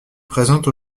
présente